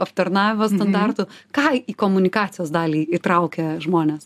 aptarnavimo standartų ką į komunikacijos dalį įtraukia žmonės